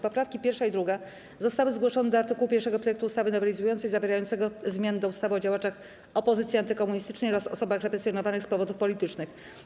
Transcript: Poprawki 1. i 2. zostały zgłoszone do art. 1 projektu ustawy nowelizującej zawierającego zmiany w ustawie o działaczach opozycji antykomunistycznej oraz osobach represjonowanych z powodów politycznych.